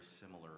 similar